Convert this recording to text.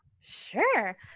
Sure